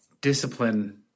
discipline